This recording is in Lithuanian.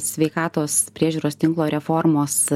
sveikatos priežiūros tinklo reformos